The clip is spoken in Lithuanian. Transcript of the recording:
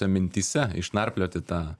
mintyse išnarplioti tą